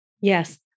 Yes